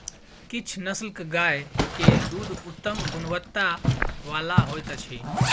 किछ नस्लक गाय के दूध उत्तम गुणवत्ता बला होइत अछि